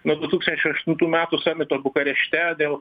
nuo du tūkstančiai aštuntų metų samito bukarešte dėl